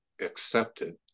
accepted